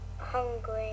Hungry